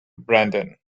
brandon